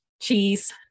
Cheese